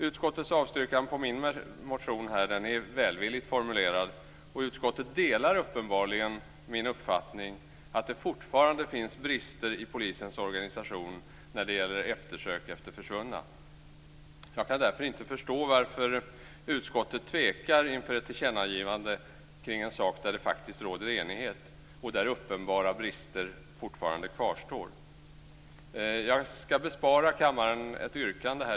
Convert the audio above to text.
Utskottets avstyrkan av min motion är välvilligt formulerad, och utskottet delar uppenbarligen min uppfattning att det fortfarande finns brister i polisens organisation när det gäller eftersök av försvunna. Jag kan därför inte förstå varför utskottet tvekar inför ett tillkännagivande i en sak där det faktiskt råder enighet och där uppenbara brister fortfarande kvarstår. Jag skall bespara kammaren ett yrkande.